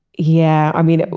yeah. i mean,